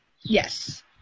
Yes